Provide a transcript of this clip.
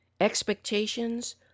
expectations